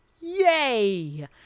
yay